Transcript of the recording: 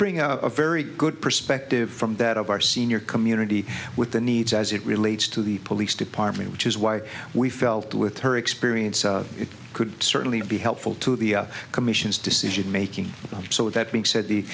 bring a very good perspective from that of our senior community with the needs as it relates to the police department which is why we felt with her experience it could certainly be helpful to the commission's decision making so that being said the